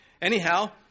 Anyhow